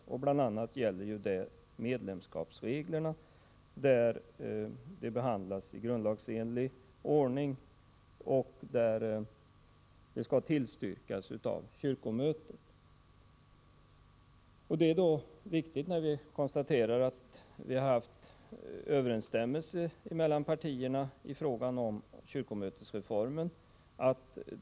Det gäller bl.a. medlemskapsreglerna, som behandlas i grundlagsenlig ordning och som skall tillstyrkas av kyrkomötet. Det är viktigt att konstatera att det har rått enighet mellan partierna i fråga om kyrkomötesreformen.